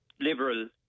liberal